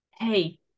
hey